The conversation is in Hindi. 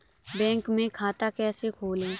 बैंक में खाता कैसे खोलें?